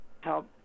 help